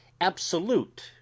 absolute